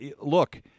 Look